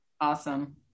Awesome